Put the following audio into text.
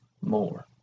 more